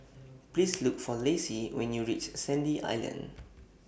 Please Look For Lacey when YOU REACH Sandy Island